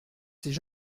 c’est